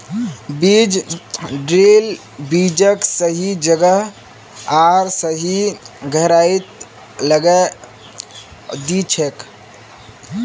बीज ड्रिल बीजक सही जगह आर सही गहराईत लगैं दिछेक